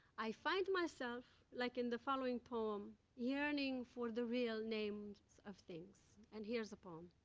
i find myself like in the following poem yearning for the real names of things, and here's the poem.